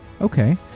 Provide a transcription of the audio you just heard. okay